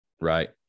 right